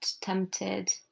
tempted